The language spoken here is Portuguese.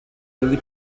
ele